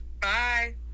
Bye